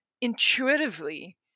intuitively